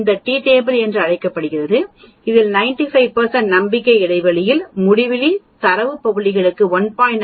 இது T table என்று அழைக்கப்படுகிறது இதில் 95 நம்பிக்கை இடைவெளியில் முடிவிலி தரவு புள்ளிகளுக்கு 1